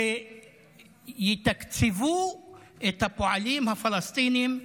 שיתקצבו את הפועלים הפלסטינים,